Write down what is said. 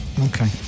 Okay